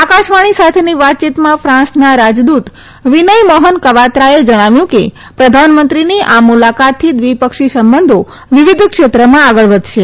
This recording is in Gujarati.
આકાશવાણી સાથેની વાતચીતમાં ફાન્સના રાજદૂત વિનથ મોફન કવાત્રાએ જણાવ્યું કે પ્રધાનમંત્રીની આ મુલાકાતથી દ્વિપક્ષી સંબંધો વિવિધ ક્ષેત્રમાં આગળ વધશે